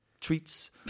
treats